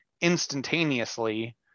instantaneously